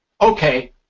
Okay